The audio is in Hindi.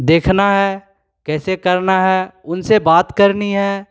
देखना है कैसे करना है उनसे बात करनी है